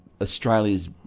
Australia's